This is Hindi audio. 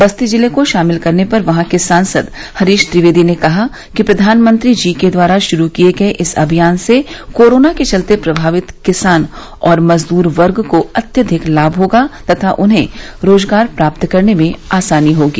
बस्ती जिले को शामिल करने पर वहां के सांसद हरीश द्विवेदी ने कहा है कि प्रधानमंत्री जी के द्वारा शुरू किये गये इस अभियान से कोरोना के चलते प्रभावित किसान और मजदूर वर्ग को अत्यधिक लाभ होगा तथा उन्हें रोजगार प्राप्त करने में आसानी होगी